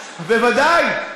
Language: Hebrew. בוודאי.